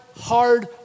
hard